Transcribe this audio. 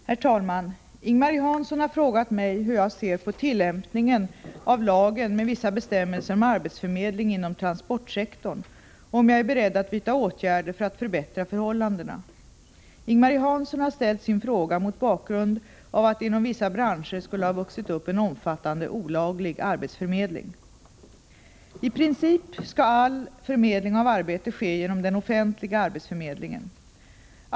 Herr talman! Ing-Marie Hansson har frågat mig hur jag ser på tillämpningen av lagen med vissa bestämmelser om arbetsförmedling inom transportsektorn och om jag är beredd att vidta åtgärder för att förbättra förhållandena. Ing-Marie Hansson har ställt sin fråga mot bakgrund av att det inom vissa branscher skulle ha vuxit upp en omfattande olaglig arbetsförmedling. I princip skall all förmedling av arbete ske genom den offentliga arbetsförmedlingen.